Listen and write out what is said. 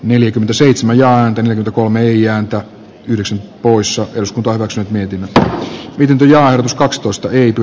neljäkymmentäseitsemän ja antena kolme ii ääntä yksi poissa barros neljäkymmentä kykyjään kakstoista ykn